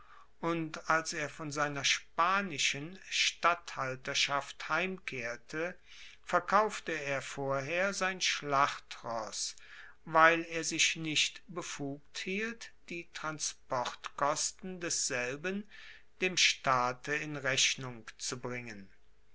und als er von seiner spanischen statthalterschaft heimkehrte verkaufte er vorher sein schlachtross weil er sich nicht befugt hielt die transportkosten desselben dem staate in rechnung zu bringen